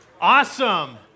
Awesome